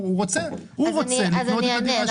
הוא רוצה לקנות את הדירה --- אז אני אענה,